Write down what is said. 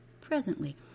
Presently